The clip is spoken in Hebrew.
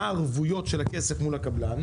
מה הערבויות של משלם הכסף מול הקבלן?